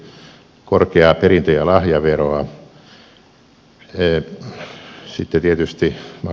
sitten tietysti maksetaan varainsiirtoveroa